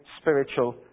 spiritual